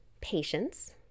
patience